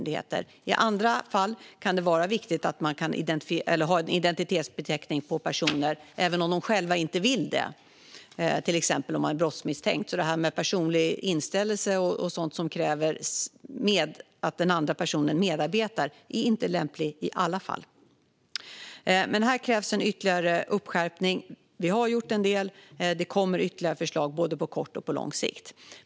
I andra fall kan det vara viktigt att ha en identitetsbeteckning på en person även om personen själv inte vill det, till exempel om man är brottsmisstänkt. Personlig inställelse och annat som kräver att personen medverkar är alltså inte lämpligt i alla fall. Här krävs en ytterligare skärpning. Vi har gjort en del, och ytterligare förslag kommer, både på kort och på lång sikt.